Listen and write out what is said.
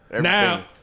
Now